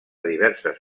diverses